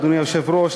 אדוני היושב-ראש,